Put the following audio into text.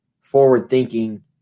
forward-thinking